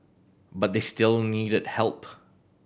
but they still needed help